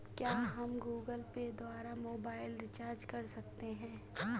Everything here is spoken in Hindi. क्या हम गूगल पे द्वारा मोबाइल रिचार्ज कर सकते हैं?